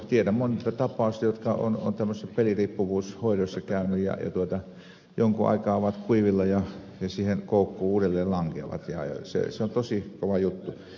tiedän monta tapausta jotka ovat tällaisessa peliriippuvuushoidossa käyneet ja jonkun aikaa ovat kuivilla ja siihen koukkuun uudelleen lankeavat ja se on tosi kova juttu